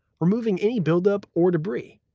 removing any buildup or debris.